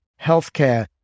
healthcare